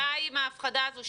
די עם ההפחדה הזאת.